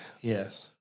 yes